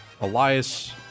Elias